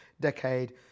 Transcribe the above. decade